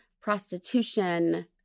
prostitution